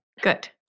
Good